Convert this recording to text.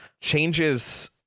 changes